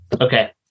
Okay